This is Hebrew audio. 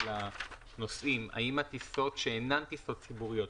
הנוסעים: האם הטיסות שאינן טיסות ציבוריות,